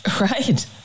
Right